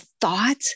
thought